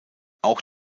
auch